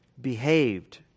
behaved